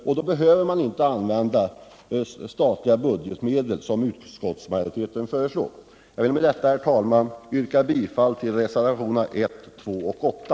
Man bör inte, menar vi, använda statliga budgetmedel, som utskottsmajoriteten föreslår. Herr talman! Med det anförda yrkar jag bifall till reservationerna 1, 2 och 8.